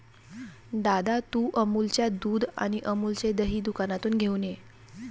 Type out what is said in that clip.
दादा, तू अमूलच्या दुध आणि अमूलचे दही दुकानातून घेऊन ये